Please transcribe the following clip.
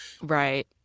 right